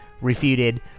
refuted